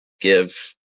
give